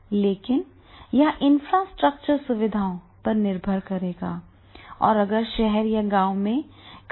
लेकिन यह इंफ्रास्ट्रक्चर सुविधाओं पर निर्भर करेगा और अगर शहर या गाँव में कभी कभी इन्फ्रास्ट्रक्चर की सुविधा नहीं हो सकती है